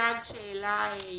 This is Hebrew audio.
הסייג שהעלה יואב